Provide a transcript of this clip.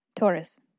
Taurus